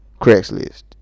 Craigslist